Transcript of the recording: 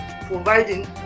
providing